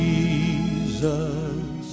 Jesus